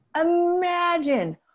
Imagine